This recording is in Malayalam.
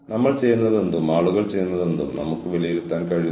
കൂടാതെ പദാർത്ഥ സത്ത സാഹചര്യത്തിന്റെ മൂർച്ചയുമായും ബന്ധപ്പെട്ടിരിക്കുന്നു